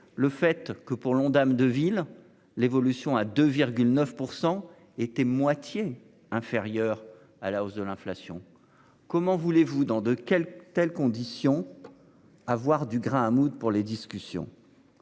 le fait que pour l'Ondam de ville. L'évolution à 2,9% étaient moitié inférieure à la hausse de l'inflation. Comment voulez-vous dans deux quel telle condition. Avoir du grain à moudre pour les discussions.